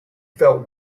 felt